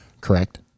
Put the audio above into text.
correct